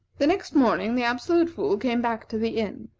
the next morning, the absolute fool came back to the inn,